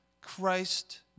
Christ